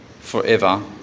forever